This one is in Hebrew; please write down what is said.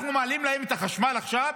אנחנו מעלים להם את החשמל עכשיו